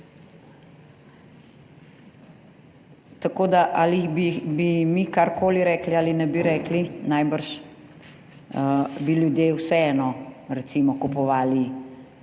Tako da ali bi mi karkoli rekli ali ne bi rekli, najbrž bi ljudje vseeno recimo kupovali